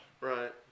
Right